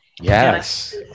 Yes